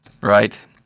right